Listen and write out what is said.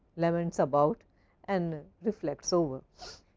learns about and reflects over.